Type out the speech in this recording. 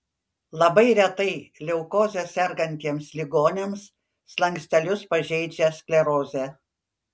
labai retai leukoze sergantiems ligoniams slankstelius pažeidžia sklerozė